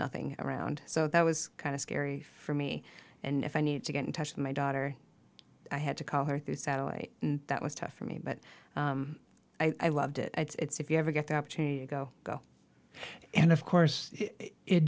nothing around so that was kind of scary for me and if i need to get in touch with my daughter i had to call her through satellite and that was tough for me but i loved it it's if you ever get the opportunity to go go and of course it